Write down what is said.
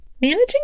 Managing